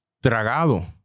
tragado